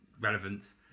relevance